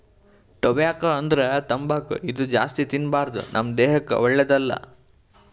tobacco ಅಂದ್ರ ತಂಬಾಕ್ ಇದು ಜಾಸ್ತಿ ತಿನ್ಬಾರ್ದು ನಮ್ ದೇಹಕ್ಕ್ ಒಳ್ಳೆದಲ್ಲ